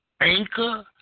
Anchor